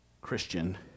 Christian